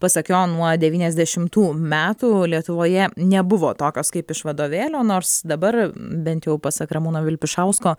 pasak jo nuo devyniasdešimtų metų lietuvoje nebuvo tokios kaip iš vadovėlio nors dabar bent jau pasak ramūno vilpišausko